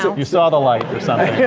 so you saw the light or